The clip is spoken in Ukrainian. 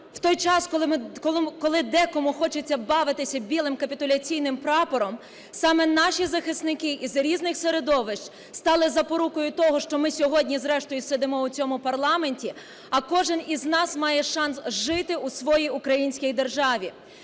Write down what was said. в той час, коли декому хочеться бавитися білим капітуляційним прапором, саме наші захисники із різних середовищ стали запорукою того, що ми сьогодні зрештою сидимо у цьому парламенті, а кожен із нас має шанс жити у своїй українській державі.